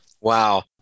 Wow